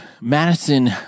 Madison